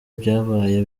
byabaye